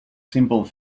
simple